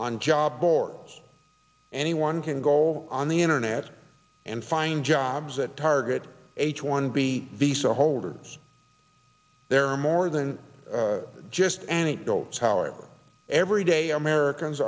on job boards anyone can go on the internet and find jobs that target h one b visa holders there are more than just anecdotes how are everyday americans